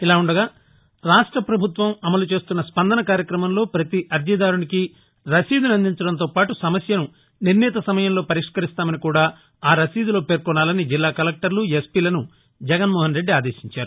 ఇలా ఉండగా రాష్ట పభుత్వం అమలు చేస్తున్న స్పందస కార్యక్రమంలో పతి అర్జీదారునికి రశీదును అందించడంతోపాటు సమస్యను నిర్ణీత సమయంలో పరిష్కరిస్తామని కూడా ఆ రశీదులో పేర్కొనాలని జిల్లా కలెక్టర్లు ఎస్ పిలను జగన్ మోహన్ రెడ్డి ఆదేశించారు